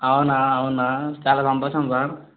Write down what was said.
అవునా అవునా చాలా సంతోషం సార్